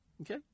Okay